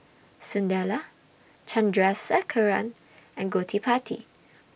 Sunderlal Chandrasekaran and Gottipati